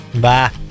Bye